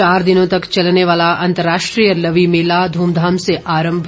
चार दिनों तक चलने वाला अंतर्राष्ट्रीय लवी मेला धूमधाम से आरंभ